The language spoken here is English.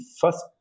first